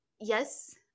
yes